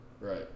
right